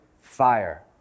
fire